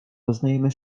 doznajemy